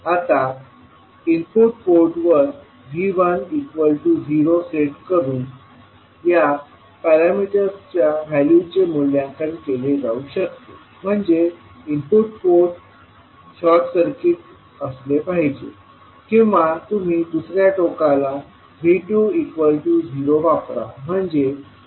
आता इनपुट पोर्टवर V10 set करून या पॅरामीटर्सच्या व्हॅल्यूचे मूल्यांकन केले जाऊ शकते म्हणजे इनपुट पोर्ट शॉर्ट सर्किट असेल पाहिजे किंवा तुम्ही दुसर्या टोकाला V20 वापरा म्हणजे आउटपुट पोर्ट शॉर्ट सर्किट असेल